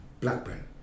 Blackburn